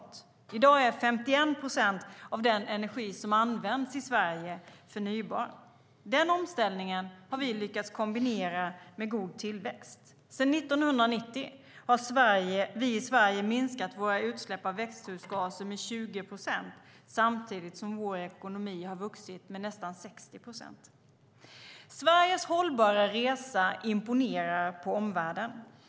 I dag är 51 procent av den energi som används i Sverige förnybar. Den omställningen har vi lyckats kombinera med god tillväxt. Sedan 1990 har vi i Sverige minskat våra utsläpp av växthusgaser med 20 procent, samtidigt som vår ekonomi har vuxit med nästan 60 procent. Sveriges hållbara resa imponerar på omvärlden.